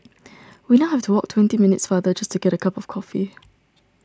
we now have to walk twenty minutes farther just to get a cup of coffee